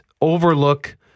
overlook